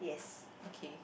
okay